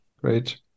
Great